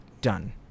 done